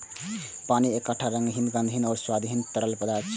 पानि एकटा रंगहीन, गंधहीन आ स्वादहीन तरल पदार्थ छियै